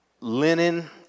linen